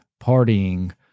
partying